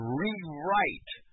rewrite